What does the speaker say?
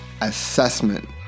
assessment